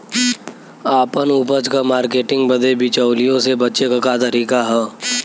आपन उपज क मार्केटिंग बदे बिचौलियों से बचे क तरीका का ह?